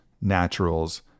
naturals